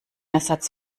ersatz